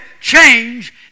change